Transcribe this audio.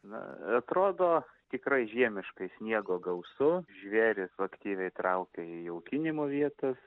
na atrodo tikrai žiemiškai sniego gausu žvėrys aktyviai traukia į jaukinimo vietas